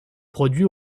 produits